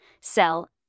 sell